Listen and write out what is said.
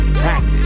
practice